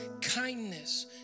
kindness